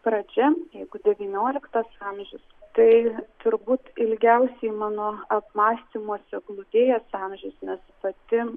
pradžia jeigu devynioliktas amžius tai turbūt ilgiausiai mano apmąstymuose glūdėjęs amžius nes pati